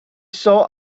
saw